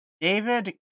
David